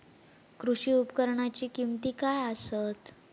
कृषी उपकरणाची किमती काय आसत?